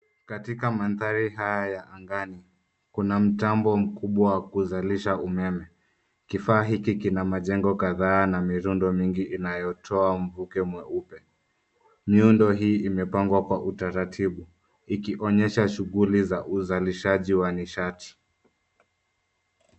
Katika mandhari haya ya angani, kuna mtambo mkubwa wa kuzalisha umeme. Kifaa hiki kina majengo kadhaa na miundo mingi inayotoa mvuke mweupe. Miundo hii imepangwa kwa utaratibu ikionyesha shughuli za uzalishaji wa nishati.